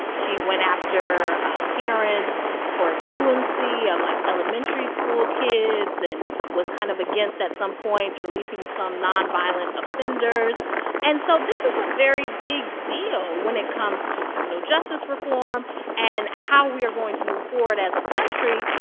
she went after ah parents for a truancy of, like, elementary-school kids and was kind of against, at some points, releasing some nonviolent offenders and so this is a very big deal when it comes to criminal justice reform and how we are going to move forward as a country.